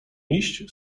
iść